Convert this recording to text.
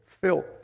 filth